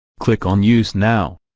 click on use now